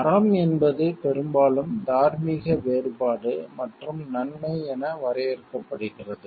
அறம் என்பது பெரும்பாலும் தார்மீக வேறுபாடு மற்றும் நன்மை என வரையறுக்கப்படுகிறது